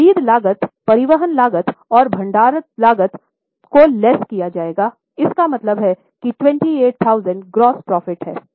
तो खरीद लागत परिवहन लागत और भण्डारण लागत को लेस किया इसका मतलब है कि 28000 ग्रॉस प्रॉफिट है